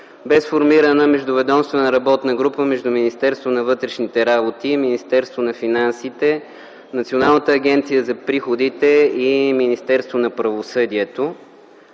е сформирана междуведомствена работна група между Министерството на вътрешните работи и Министерството на финансите, Националната агенция за приходите и Министерството на правосъдието.